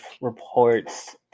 reports